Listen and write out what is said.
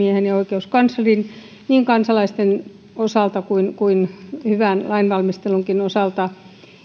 oikeus asiamiehen ja oikeuskanslerin niin kansalaisten osalta kuin kuin hyvän lainvalmistelunkin osalta